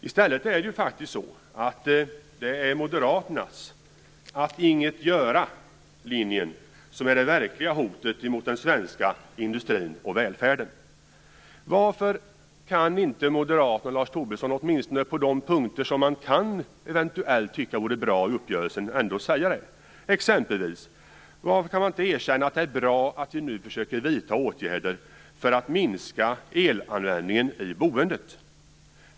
I stället är det faktiskt Moderaternas "att inget göra-linje" som är det verkliga hotet mot den svenska industrin och välfärden. Varför kan inte Moderaterna och Lars Tobisson åtminstone på de punkter de eventuellt kan tycka är bra i uppgörelsen säga detta? Varför kan de exempelvis inte erkänna att det är bra att vi nu försöker vidta åtgärder för att minska elanvändningen i boendet?